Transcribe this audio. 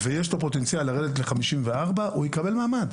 ויש לו פוטנציאל לרדת ל-54, הוא יקבל מעמד.